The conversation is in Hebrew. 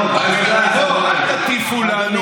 טוב, אל תטיפו לנו.